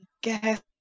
guess